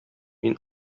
мин